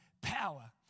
power